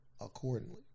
accordingly